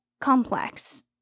complex